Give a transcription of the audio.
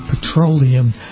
petroleum